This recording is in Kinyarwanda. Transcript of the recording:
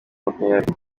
makumyabiri